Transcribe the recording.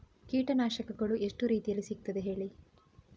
ಕೀಟನಾಶಕಗಳು ಎಷ್ಟು ರೀತಿಯಲ್ಲಿ ಸಿಗ್ತದ ಹೇಳಿ